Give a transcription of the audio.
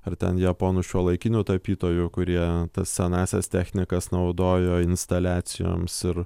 ar ten japonų šiuolaikinių tapytojų kurie tas senąsias technikas naudojo instaliacijoms ir